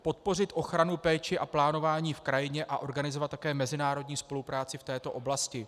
Podpořit ochranu, péči a plánování v krajině a organizovat také mezinárodní spolupráci v této oblasti.